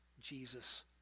Jesus